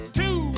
two